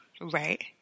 Right